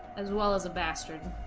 as well as bastard